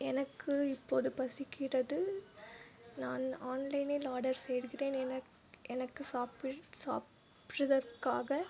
எனக்கு இப்போது பசிக்கிறது நான் ஆன்லைனில் ஆடர் செய்கிறேன் எனக் எனக்கு சாப்பிற் சாப்பிடதற்காக